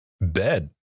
bed